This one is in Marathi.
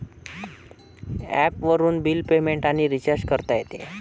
ॲपवरून बिल पेमेंट आणि रिचार्ज करता येते